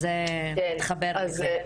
אז זה מתחבר לזה.